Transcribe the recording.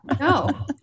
No